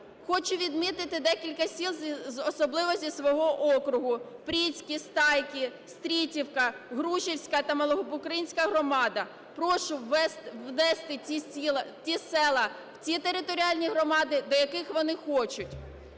Хочу відмітити декілька сіл, особливо зі свого округу: Пріцьки, Стайки, Стрітівка, Грушівська та Малобукринська громади. Прошу внести ці села, ці територіальні громади, до яких вони хочуть.